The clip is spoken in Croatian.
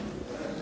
Hvala